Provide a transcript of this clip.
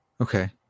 Okay